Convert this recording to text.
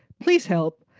please help.